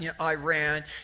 Iran